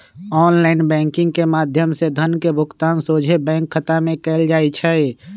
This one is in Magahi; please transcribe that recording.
ऑनलाइन बैंकिंग के माध्यम से धन के भुगतान सोझे बैंक खता में कएल जाइ छइ